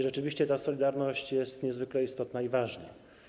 Rzeczywiście ta solidarność jest niezwykle istotna, ważna.